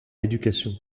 éducation